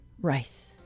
Rice